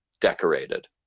decorated